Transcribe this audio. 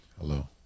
hello